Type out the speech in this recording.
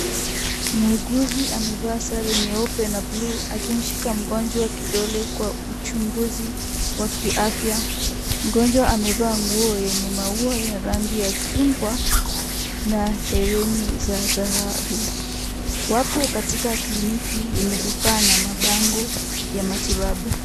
Muuguzi amevaa sare nyeupe na buluu akimshika mgonjwa kidole kwa uchunguzi wa kiafya, mgonjwa amevaa nguo yenye maua ya rangi ya chungwa na hereni za dhahabu. Wapo katika kliniki yenye vifaa na mabango ya matibabu.